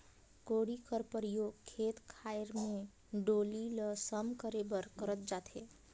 कोड़ी कर परियोग खेत खाएर मे डोली ल सम करे बर करल जाथे